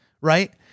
right